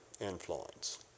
influence